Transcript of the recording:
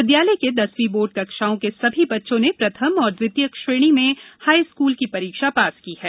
विद्यालय के बोर्ड कक्षाओं के सभी बच्चों ने प्रथम और द्वितीय श्रेणी में हाईे स्कूल की परीक्षा पास की है